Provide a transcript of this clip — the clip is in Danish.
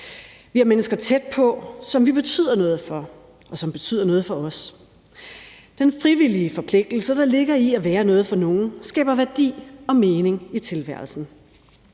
Vi har mennesker tæt på, som vi betyder noget for, og som betyder noget for os. Den frivillige forpligtelse, der ligger i at være noget for nogen, skaber værdi og mening i tilværelsen.